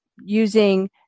using